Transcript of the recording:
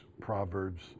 proverbs